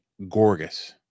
Gorgas